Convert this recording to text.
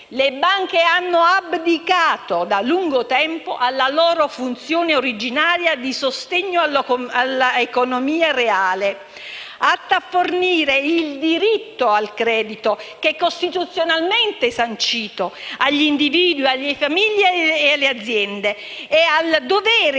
le banche hanno abdicato da lungo tempo alla loro funzione originaria di sostegno all'economia reale, atta a fornire il diritto al credito, che è costituzionalmente sancito, agli individui, alle famiglie e alle aziende, e al dovere